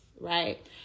right